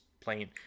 playing